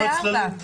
שופט צללים.